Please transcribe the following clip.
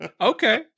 okay